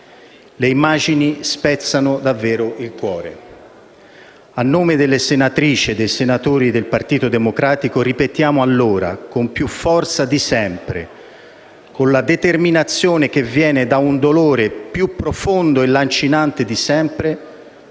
Le immagini spezzano davvero il cuore, A nome delle senatrici e dei senatori del Partito Democratico ripetiamo allora con più forza, con la determinazione che viene da un dolore più profondo e lancinante di sempre,